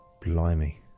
Blimey